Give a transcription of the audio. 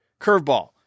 curveball